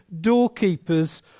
doorkeepers